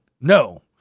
No